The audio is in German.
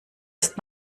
ist